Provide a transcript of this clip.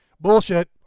bullshit